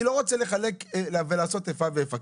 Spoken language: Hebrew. אני לא רוצה לחלק ולעשות איפה ואיפה,